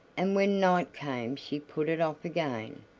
and when night came she put it off again,